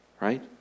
Right